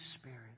Spirit